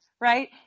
right